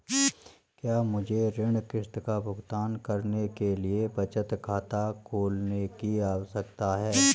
क्या मुझे ऋण किश्त का भुगतान करने के लिए बचत खाता खोलने की आवश्यकता है?